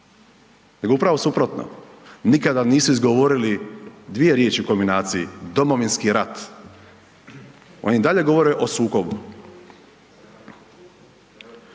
nego upravo suprotno, nikada nisu izgovorili dvije riječi u kombinaciji Domovinski rat. Oni i dalje govore o sukobu.